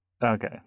Okay